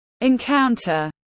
encounter